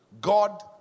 God